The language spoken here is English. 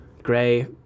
Gray